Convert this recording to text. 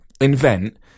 invent